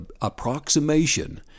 approximation